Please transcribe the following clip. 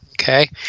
Okay